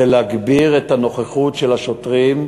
זה להגביר את הנוכחות של השוטרים,